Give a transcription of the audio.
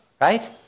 right